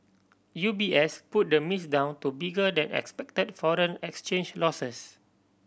U B S put the miss down to bigger than expected foreign exchange losses